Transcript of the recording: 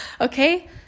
okay